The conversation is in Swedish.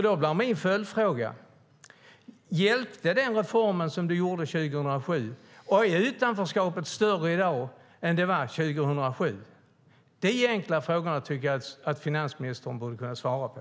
Då är min följdfråga: Hjälpte den reform som du gjorde 2007? Är utanförskapet större i dag än det var 2007? Dessa enkla frågor tycker jag att finansministern borde kunna svara på.